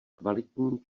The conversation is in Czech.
kvalitní